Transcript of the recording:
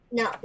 no